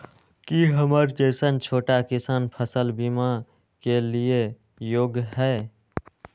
की हमर जैसन छोटा किसान फसल बीमा के लिये योग्य हय?